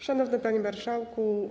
Szanowny Panie Marszałku!